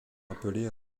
appelés